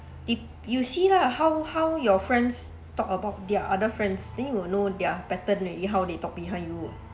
pe~ you see lah how how your friends talk about their other friends then will know their pattern already how they talk behind you